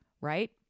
right